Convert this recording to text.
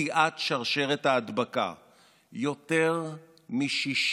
הבריאות קורסת, כי זו הזנחה